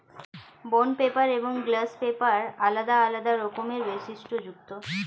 bond paper এবং gloss paper আলাদা আলাদা রকমের বৈশিষ্ট্যযুক্ত